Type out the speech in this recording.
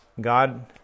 God